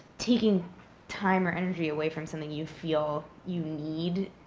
taking time or energy away from something you feel you need,